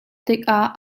tikah